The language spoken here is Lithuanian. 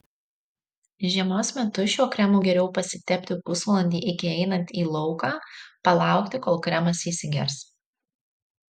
žiemos metu šiuo kremu geriau pasitepti pusvalandį iki einant į lauką palaukti kol kremas įsigers